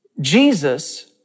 Jesus